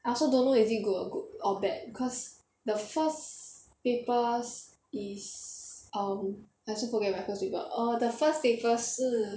I also don't know is it good or good or bad cause the first papers is um I also forget my first paper err the first paper 是